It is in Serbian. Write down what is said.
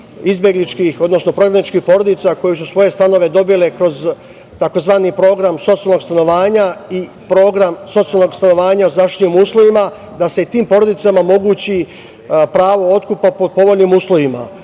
izbegličkih, odnosno prognanih porodica koje su svoje stanove dobile kroz tzv. Program socijalnog stanovanja i Program socijalnog stanovanja u zaštićenim uslovima. Da se i tim porodicama omogući pravo otkupa po povoljnim uslovima. Četvrti